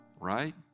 right